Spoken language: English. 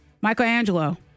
Michelangelo